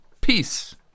peace